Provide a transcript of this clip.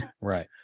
right